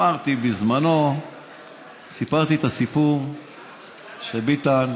בזמנו את הסיפור שביטן,